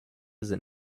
sind